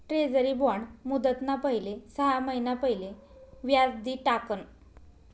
treasury bond मुदतना पहिले सहा महिना पहिले व्याज दि टाकण